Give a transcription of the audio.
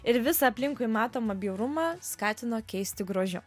ir visą aplinkui matomą bjaurumą skatino keisti grožiu